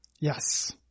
Yes